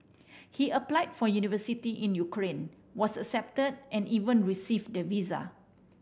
he applied for university in Ukraine was accepted and even received the visa